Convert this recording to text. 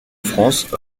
france